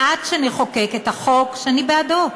עד שנחוקק את החוק, שאני בעדו,